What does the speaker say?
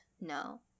no